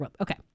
Okay